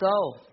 go